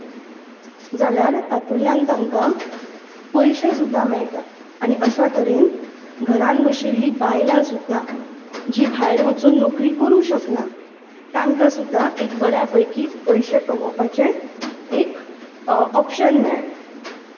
जाल्यार तातूंतल्यान तांकां पयशे सुद्दां मेळटा आनी अश्या तरेन घरांत बशिल्लीं बायलां सुद्दां जीं भायर वचून नोकरी करूंक शकनात तांकां सुद्दां एक बऱ्या पैकी पयशे कमोवपाचें एक ऑप्शन मेळ्ळें